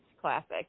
classic